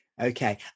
Okay